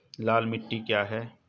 लाल मिट्टी क्या है?